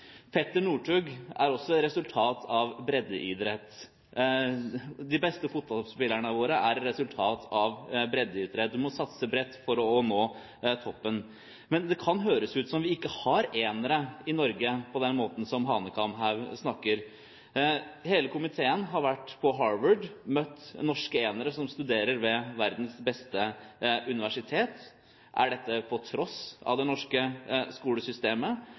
Petter Northug er også et resultat av breddeidrett. De beste fotballspillerne våre er et resultat av breddeidrett. Du må satse bredt for å nå toppen. Men det kan høres ut som om vi ikke har enere i Norge, på den måten Hanekamhaug snakker. Hele komiteen har vært på Harvard og møtt norske enere som studerer ved verdens beste universitet. Er dette på tross av det norske skolesystemet?